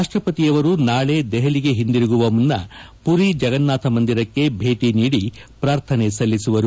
ರಾಷ್ಪಪತಿಯವರು ನಾಳೆ ದೆಹಲಿಗೆ ಹಿಂತಿರುಗುವ ಮುನ್ನ ಪುರಿ ಜಗನ್ನಾಥ ಮಂದಿರಕ್ಕೆ ಭೇಟ ನೀಡಿ ಪ್ರಾರ್ಥನೆ ಸಲ್ಲಿಸುವರು